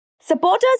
Supporters